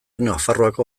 nafarroako